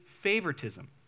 favoritism